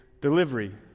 delivery